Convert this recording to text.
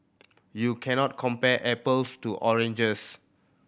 you can not compare apples to oranges